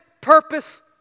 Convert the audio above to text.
purpose